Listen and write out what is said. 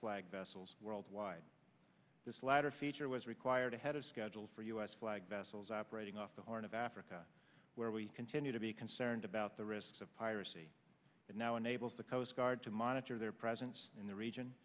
flagged vessels worldwide this latter feature was required ahead of schedule for u s flagged vessels operating off the horn of africa where we continue to be concerned about the risks of piracy now enables the coast guard to monitor their presence in the region